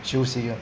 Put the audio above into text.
休息啊